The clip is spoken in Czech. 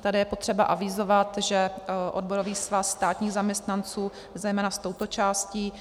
Tady je potřeba avizovat, že Odborový svaz státních zaměstnanců zejména s touto částí